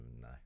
no